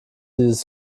dieses